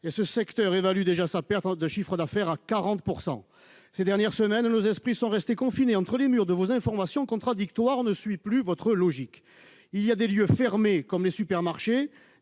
et ce secteur évalue déjà sa perte de chiffre d'affaires à 40 %. Ces dernières semaines, nos esprits sont restés confinés entre les murs de vos informations contradictoires. On ne suit plus votre logique ; il y a des lieux fermés, comme les supermarchés,